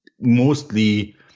mostly